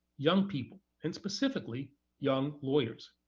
young people, and specifically young lawyers.